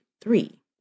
three